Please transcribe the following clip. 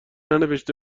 ننوشته